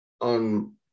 on